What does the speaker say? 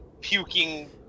puking